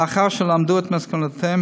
לאחר שלמדו את מסקנותיהם,